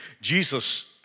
Jesus